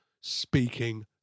speaking